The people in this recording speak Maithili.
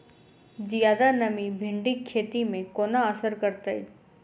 जियादा नमी भिंडीक खेती केँ कोना असर करतै?